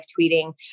tweeting